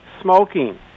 Smoking